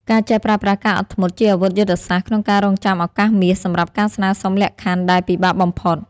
ការចេះប្រើប្រាស់ "ការអត់ធ្មត់" ជាអាវុធយុទ្ធសាស្ត្រក្នុងការរង់ចាំឱកាសមាសសម្រាប់ការស្នើសុំលក្ខខណ្ឌដែលពិបាកបំផុត។